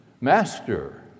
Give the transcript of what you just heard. Master